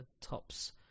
tops